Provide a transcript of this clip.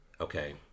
okay